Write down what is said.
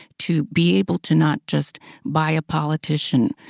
to be able to not just buy a politician,